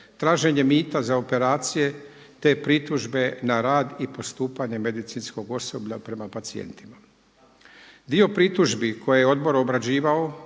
traženjem mita za operacije te pritužbe na rad i postupanje medicinskog osoblja prema pacijentima. Dio pritužbi koje je odbor obrađivao